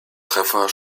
treffer